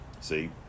See